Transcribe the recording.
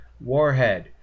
Warhead